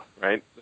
right